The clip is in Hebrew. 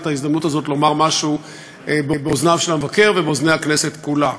את ההזדמנות הזאת לומר משהו באוזניו של המבקר ובאוזני הכנסת כולה.